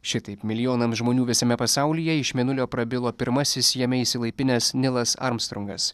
šitaip milijonams žmonių visame pasaulyje iš mėnulio prabilo pirmasis jame išsilaipinęs nilas armstrongas